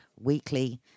weekly